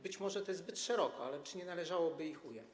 Być może to jest zbyt szerokie, ale czy nie należałoby ich tu ująć?